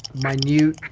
minute.